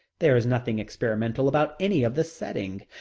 there is nothing experimental about any of the setting,